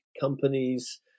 companies